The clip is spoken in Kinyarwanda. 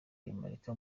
rwemarika